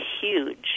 huge